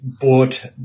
bought